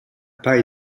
pas